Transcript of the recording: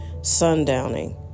sundowning